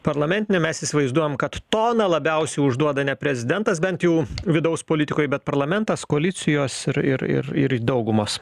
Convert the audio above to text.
parlamentinė mes įsivaizduojame kad toną labiausiai užduoda ne prezidentas bent jau vidaus politikoj bet parlamentas koalicijos ir ir ir ir daugumos